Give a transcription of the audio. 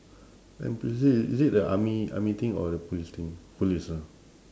N_P_C_C is it the army army thing or the police thing police ah